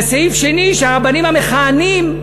וסעיף שני שהרבנים המכהנים,